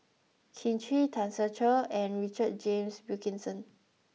Kin Chui Tan Ser Cher and Richard James Wilkinson